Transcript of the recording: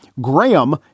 Graham